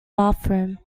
bathroom